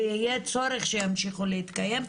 ויהיה צורך שימשיכו להתקיים,